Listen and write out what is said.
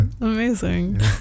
Amazing